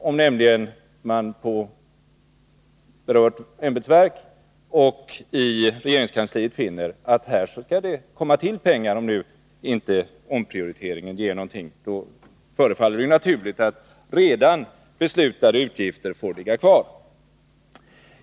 Om man på berört ämbetsverk och i regeringskansliet finner att det här skall komma till nya pengar om inte omprioriteringen ger någonting, förefaller det ju naturligt att redan beslutade utgifter får ligga kvar.